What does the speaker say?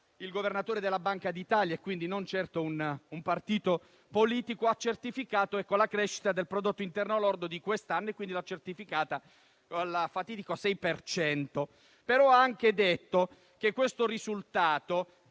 il Governatore della Banca d'Italia, e quindi non certo un partito politico, ha certificato la crescita del prodotto interno lordo di quest'anno a un fatidico 6